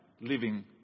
living